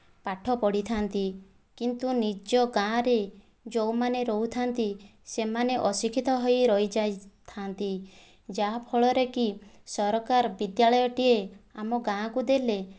ପାଠ ପଢ଼ିଥାନ୍ତି କିନ୍ତୁ ନିଜ ଗାଁ ରେ ଯେଉଁମାନେ ରହୁଥାନ୍ତି ସେମାନେ ଅଶିକ୍ଷିତ ହୋଇ ରହିଯାଇଥାନ୍ତି ଯାହାଫଳରେ କି ସରକାର ବିଦ୍ୟାଳୟଟିଏ ଆମ ଗାଁକୁ ଦେଲେ